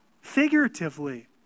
figuratively